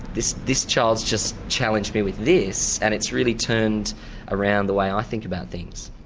this this child's just challenged me with this, and it's really turned around the way i think about things.